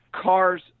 Cars